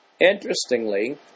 Interestingly